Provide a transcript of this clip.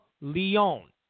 Leon